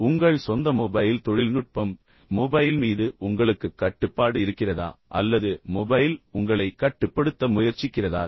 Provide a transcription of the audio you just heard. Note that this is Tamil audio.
உங்கள் சொந்த மொபைல் தொழில்நுட்பம் மொபைல் மீது உங்களுக்கு கட்டுப்பாடு இருக்கிறதா அல்லது மொபைல் உங்களை கட்டுப்படுத்த முயற்சிக்கிறதா